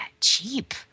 Cheap